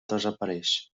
desapareix